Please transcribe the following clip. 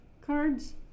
cards